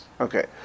Okay